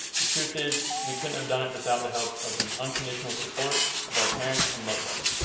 the truth is, we couldn't have done it without the help of the unconditional support of our parents and loved ones.